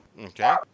okay